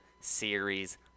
series